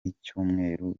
icyumweru